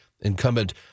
Incumbent